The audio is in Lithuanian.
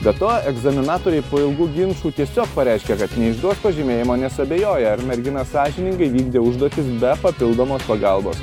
be to egzaminatoriai po ilgų ginčų tiesiog pareiškė kad neišduos pažymėjimo nes abejoja ar mergina sąžiningai įvykdė užduotis be papildomos pagalbos